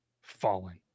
falling